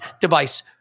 device